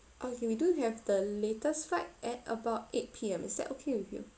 okay we do have the latest fight at about eight P_M is that okay with you